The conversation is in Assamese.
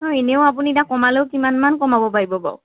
এনেও আপুনি এতিয়া কমালেও কিমান মান কমাব পাৰিব বাও